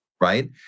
right